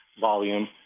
volume